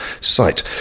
site